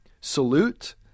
salute